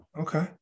Okay